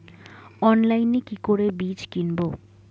অনলাইনে কি করে বীজ কিনব?